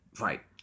Right